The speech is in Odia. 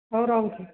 ହଉ ରହୁଛି